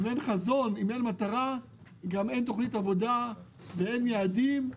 אם אין חזון גם אין תוכנית עבודה ואין יעדים.